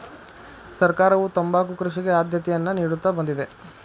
ಸರ್ಕಾರವು ತಂಬಾಕು ಕೃಷಿಗೆ ಆದ್ಯತೆಯನ್ನಾ ನಿಡುತ್ತಾ ಬಂದಿದೆ